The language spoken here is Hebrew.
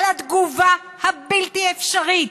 על התגובה הבלתי-אפשרית,